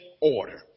order